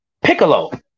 Piccolo